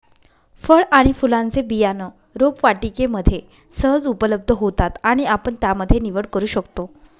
फळ आणि फुलांचे बियाणं रोपवाटिकेमध्ये सहज उपलब्ध होतात आणि आपण त्यामध्ये निवड करू शकतो